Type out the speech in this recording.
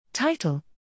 Title